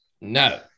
No